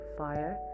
fire